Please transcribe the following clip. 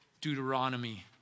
Deuteronomy